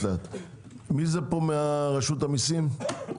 יש מישהו מרשות המיסים?